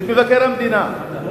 ואת מבקר המדינה.